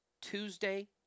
Tuesday